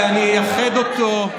ואני אייחד אותו,